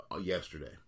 yesterday